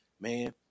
man